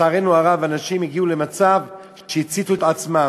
שלצערנו הרב אנשים הגיעו למצב שהם הציתו את עצמם.